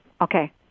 Okay